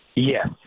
Yes